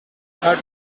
hard